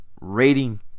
rating